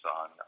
on